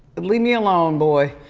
leave me alone, boy.